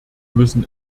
müssen